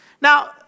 Now